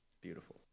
Beautiful